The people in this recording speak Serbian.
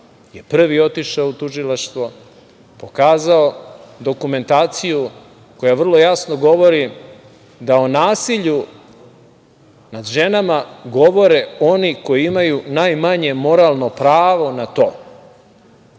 je prvi otišao u Tužilaštvo, pokazao dokumentaciju koja vrlo jasno govori da o nasilju nad ženama govore oni koji imaju najmanje moralno pravo na